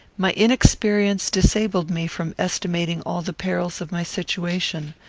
my inexperience disabled me from estimating all the perils of my situation.